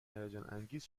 هیجانانگیز